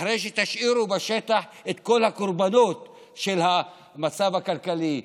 אחרי שתשאירו בשטח את כל הקורבנות של המצב הכלכלי,